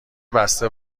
بسته